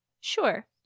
Sure